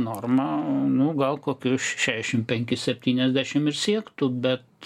norma nu gal kokius šešiasdešimt penkis septyniasdešimt ir siektų bet